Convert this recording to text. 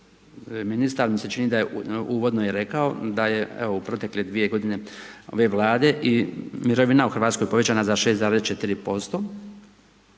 Ministar mi se čini da je uvodno i rekao, da je u protekle 2 g. ove vlade i mirovine u Hrvatskoj povećana za 6,4%,